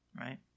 right